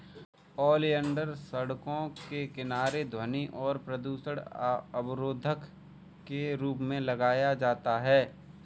oleander को सड़कों के किनारे ध्वनि और प्रदूषण अवरोधक के रूप में लगाया जाता है